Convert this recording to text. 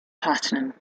platinum